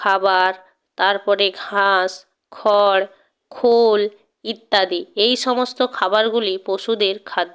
খাবার তারপরে ঘাস খড় খোল ইত্যাদি এই সমস্ত খাবারগুলি পশুদের খাদ্য